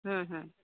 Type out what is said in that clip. ᱦᱮᱸ ᱦᱮᱸ